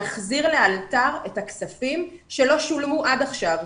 להחזיר לאלתר את הכספים שלא שולמו עד עכשיו.